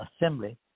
assembly